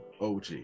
OG